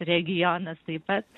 regionas taip pat